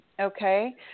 Okay